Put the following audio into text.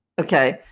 Okay